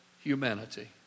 humanity